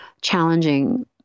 challenging